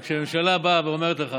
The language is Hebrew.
אבל כשממשלה באה ואומרת לך